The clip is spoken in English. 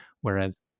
Whereas